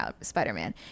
Spider-Man